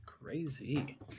Crazy